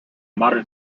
modern